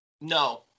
No